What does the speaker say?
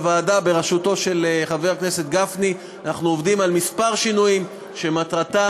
בוועדה בראשותו של חבר הכנסת גפני אנחנו עובדים על כמה שינויים שמטרתם,